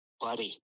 buddy